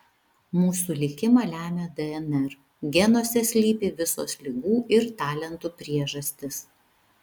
mūsų likimą lemia dnr genuose slypi visos ligų ir talentų priežastys